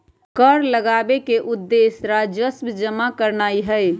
कर लगाबेके उद्देश्य राजस्व जमा करनाइ हइ